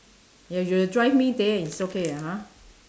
if you drive me there it's okay lah ha